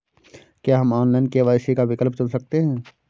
क्या हम online KYC का विकल्प चुन सकते हैं?